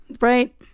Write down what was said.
Right